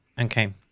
Okay